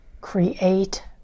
create